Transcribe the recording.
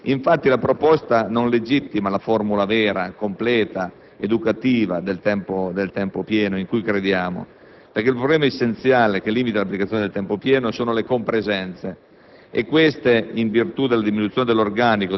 alle sezioni già esistenti e, forse, neppure a quelle! Infatti, la proposta non legittima la formula vera e completa ed educativa del tempo pieno, in cui crediamo. Il problema essenziale che limita l'applicazione del tempo pieno sono le compresenze.